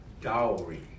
dowry